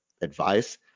advice